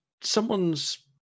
someone's